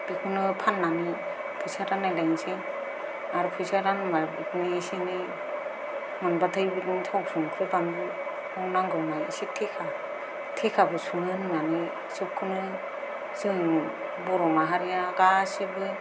बिखौनो फान्नानै फैसा रानलायलायनोसै आरो फैसा रानबा बेखौनो एसे एनै मोनबाथाय बिदिनो थाव संख्रै बानलु नांगौना इसे थेखा थेखाबो सङो होन्नानै सबखौनो जों बर' माहारिया गासैबो